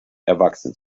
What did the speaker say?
erwachsen